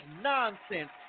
nonsense